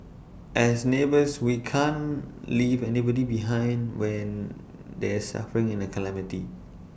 as neighbours we can't leave anybody behind when they're suffering in A calamity